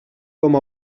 com